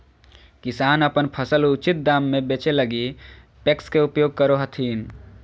किसान अपन फसल उचित दाम में बेचै लगी पेक्स के उपयोग करो हथिन